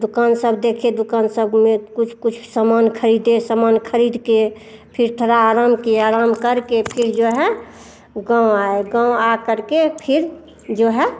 दूकान सब देखे दुकान सब में कुछ कुछ सामान खरीदे समान खरीद कर फिर थोड़ा आराम किए आराम करके फिर जो है गाँव आए गाँव आ करके फिर जो है